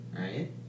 Right